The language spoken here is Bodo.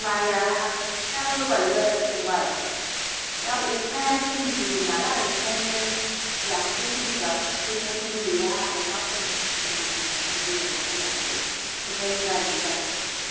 माया खोथिया फोबायमोन फंबाय दा अखायानो खमजुरि नालाय ओंखायनो जाम्फै दैफ्राबो थिग मथ'न गैया अखा खमखाय थिगमथ'न जाम्फै दैआबो फैयाखै ओंखायनो गायनाय जाथ'आखै